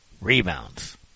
rebounds